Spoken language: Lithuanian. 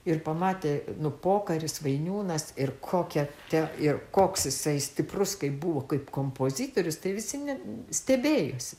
ir pamatė nu pokaris vainiūnas ir kokia ten ir koks jisai stiprus kaip buvo kaip kompozitorius tai visi net stebėjosi